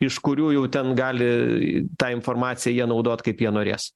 iš kurių jau ten gali tą informaciją naudot kaip jie norės